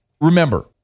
Remember